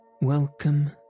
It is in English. Welcome